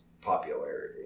popularity